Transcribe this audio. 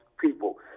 people